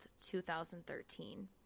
2013